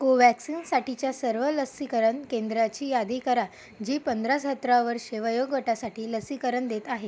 कोव्हॅक्सिनसाठीच्या सर्व लसीकरण केंद्राची यादी करा जी पंधरा सतरा वर्षे वयोगटासाठी लसीकरण देत आहेत